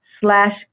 slash